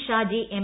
Shaji M